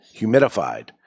humidified